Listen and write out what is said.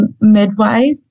midwife